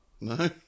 no